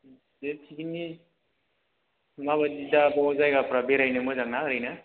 बे पिगिनिक माबायदि दा बाव जायगाफ्रा बेरायनो मोजांना ओरैनो